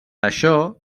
això